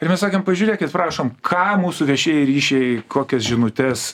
ir mes sakėm pažiūrėkit prašom ką mūsų viešieji ryšiai kokias žinutes